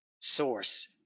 source